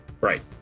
right